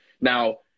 Now